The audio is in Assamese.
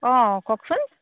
অঁ কওঁকচোন